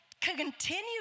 continue